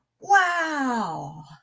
Wow